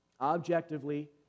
Objectively